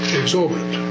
exorbitant